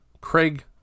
Craig